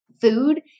food